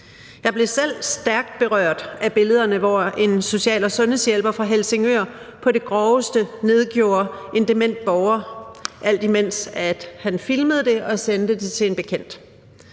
Jeg blev selv stærkt berørt af billederne, hvor en social- og sundhedshjælper fra Helsingør på det groveste nedgjorde en dement borger, alt imens han filmede det og sendte billederne til en bekendt.